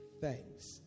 thanks